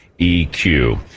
EQ